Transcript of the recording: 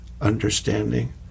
understanding